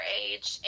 age